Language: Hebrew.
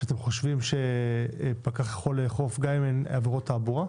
שאתם חושבים שפקח יכול לאכוף גם אם הן עבירות תעבורה?